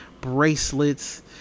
bracelets